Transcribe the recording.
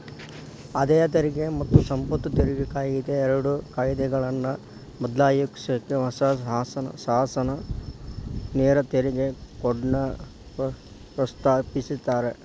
ಆದಾಯ ತೆರಿಗೆ ಮತ್ತ ಸಂಪತ್ತು ತೆರಿಗೆ ಕಾಯಿದೆ ಎರಡು ಕಾಯ್ದೆಗಳನ್ನ ಬದ್ಲಾಯ್ಸಕ ಹೊಸ ಶಾಸನ ನೇರ ತೆರಿಗೆ ಕೋಡ್ನ ಪ್ರಸ್ತಾಪಿಸ್ಯಾರ